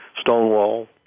stonewall